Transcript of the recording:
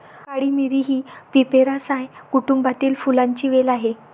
काळी मिरी ही पिपेरासाए कुटुंबातील फुलांची वेल आहे